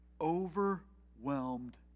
overwhelmed